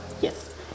Yes